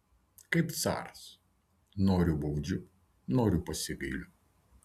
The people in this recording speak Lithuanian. kaip caras noriu baudžiu noriu pasigailiu